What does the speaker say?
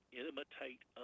imitate